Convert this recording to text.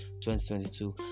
2022